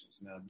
Now